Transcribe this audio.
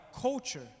culture